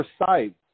precise